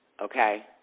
Okay